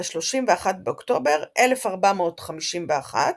ב-31 באוקטובר 1451,